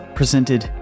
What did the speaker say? presented